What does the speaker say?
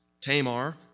Tamar